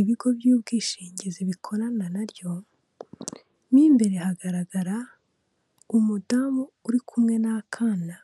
ibigo by'ubwishingizi, bikorana naryo mu imbere hagaragara umudamu uri kumwe n'akana.